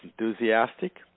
enthusiastic